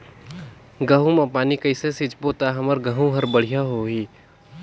गहूं म पानी कइसे सिंचबो ता हमर गहूं हर बढ़िया होही?